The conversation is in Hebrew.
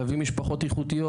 להביא משפחות איכותיות?